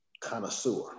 connoisseur